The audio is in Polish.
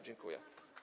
Dziękuję.